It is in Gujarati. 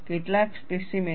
કેટલાક સ્પેસીમેન છે